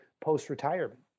post-retirement